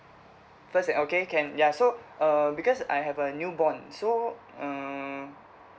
first and okay can ya so uh because I have a new born so mm